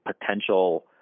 potential